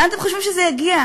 לאן אתם חושבים שזה יגיע?